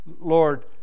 Lord